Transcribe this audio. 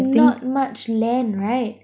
not much land right